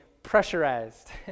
Pressurized